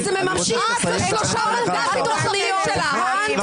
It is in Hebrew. אתם ממשים את כל התוכניות האנטי